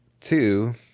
two